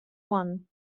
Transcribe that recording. one